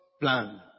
plan